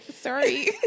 sorry